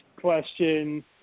question